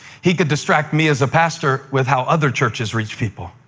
he could distract me, as a pastor, with how other churches reach people.